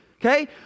Okay